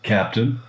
Captain